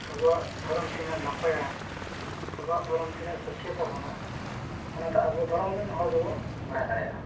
ᱟᱵᱚᱣᱟᱜ ᱫᱷᱚᱨᱚᱢ ᱛᱤᱱᱟᱹᱜ ᱱᱟᱯᱟᱭᱟ ᱟᱵᱚᱣᱟᱜ ᱫᱷᱚᱨᱚᱢ ᱛᱤᱱᱟᱹᱜ ᱥᱟᱹᱠᱤᱭᱟᱹᱛ ᱛᱟᱵᱚᱱᱟ ᱚᱱᱟ ᱫᱚ ᱟᱵᱚ ᱫᱷᱚᱨᱚᱢ ᱨᱮᱱ ᱦᱚᱲ ᱜᱮᱵᱚᱱ ᱵᱟᱲᱟᱭ ᱫᱟᱲᱮᱭᱟᱜᱼᱟ